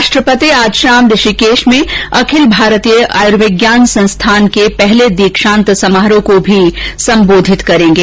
राष्ट्रपति आज शाम ऋषिकेश में अखिल भारतीय आयुर्विज्ञान संस्थान के पहले दीक्षांत समारोह को भी संबोधित करेंगे